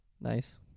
Nice